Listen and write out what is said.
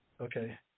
Okay